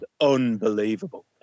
unbelievable